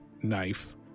knife